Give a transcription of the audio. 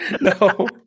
No